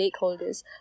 stakeholders